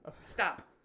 Stop